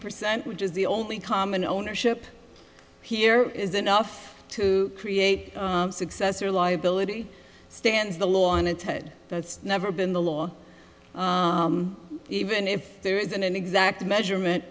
percent which is the only common ownership here is enough to create success or liability stands the law on its head that's never been the law even if there isn't an exact measurement